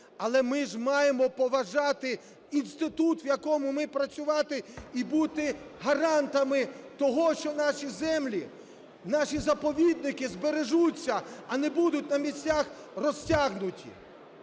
але ж ми маємо поважати інститут, в якому ми працювати і бути гарантами того, що наші землі, наші заповідники збережуться, а не будуть на місцях розтягнуті.